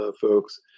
folks